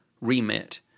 remit